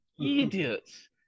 idiots